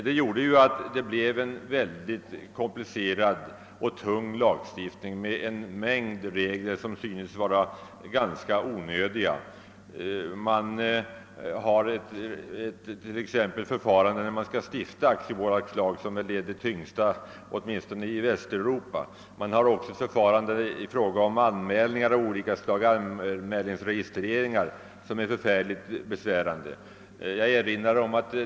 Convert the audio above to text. Det gjorde att det blev en ytterst komplicerad och tung lagstiftning med en mängd regler, som synes vara ganska onödiga. Det förfarande som föreskrivs för stiftande av aktiebolag är exempelvis det tyngsta åtminstone i Västeuropa. Det finns också regler om anmälningsregistrering som är synnerligen besvärande.